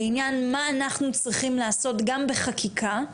לעניין מה אנחנו צריכים לעשות, גם בחקיקה,